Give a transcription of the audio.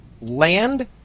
land